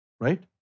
Right